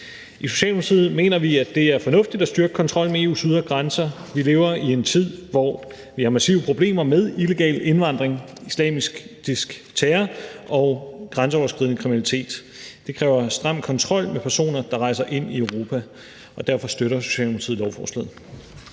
I Socialdemokratiet mener vi, at det er fornuftigt at styrke kontrollen med EU's ydre grænser. Vi lever i en tid, hvor vi har massive problemer med illegal indvandring, islamisk terror og grænseoverskridende kriminalitet. Det kræver stram kontrol med personer, der rejser ind i Europa. Derfor støtter Socialdemokratiet lovforslaget.